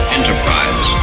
Enterprise